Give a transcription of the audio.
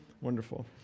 Wonderful